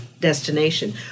destination